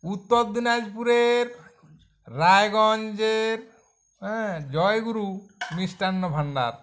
উত্তর দিনাজপুরের রায়গঞ্জের অ্যাঁ জয়গুরু মিষ্টান্ন ভান্ডার